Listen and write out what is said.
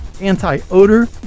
anti-odor